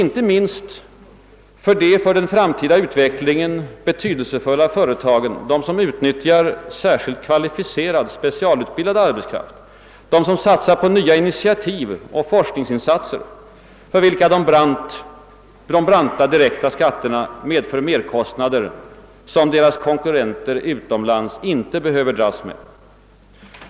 Inte minst för de för den framtida utvecklingen betydelsefulla företagen — de som utnyttjar särskilt kvalificerad specialutbildad arbetskraft och som satsar på nya initiativ och forskningsinsatser — medför de starkt progressiva direkta skatterna merkostnader, som deras konkurrenter utomlands inte behöver dras med.